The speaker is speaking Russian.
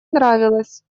нравилась